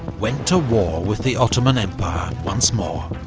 went to war with the ottoman empire once more.